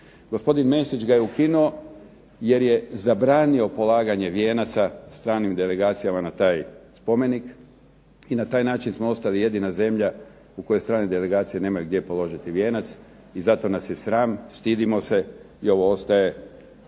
Gospodin Mesić ga je ukinuo jer je zabranio polaganje vijenaca stranim delegacijama na taj spomenik i na taj način smo ostali jedina zemlja u kojoj strane delegacije nemaju gdje položiti vijenac i zato nas je sram, stidimo se i ovo ostaje povijesna